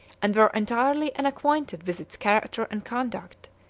and were entirely unacquainted with its character and conduct,